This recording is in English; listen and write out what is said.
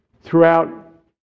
throughout